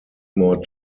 more